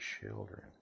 children